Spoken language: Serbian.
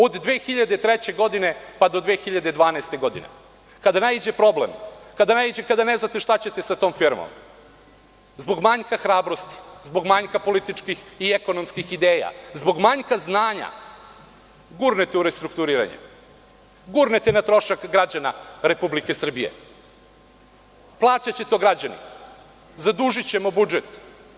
Od 2003. do 2012. godine, kada naiđe problem, kada ne znate šta ćete sa tom firmom, zbog manjka hrabrosti, zbog manjka političkih i ekonomskih ideja, zbog manjka znanja gurnete u restrukturiranje, gurnete na trošak građana Republike Srbije, plaćaće to građani, zadužićemo budžet.